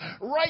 right